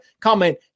comment